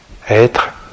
Être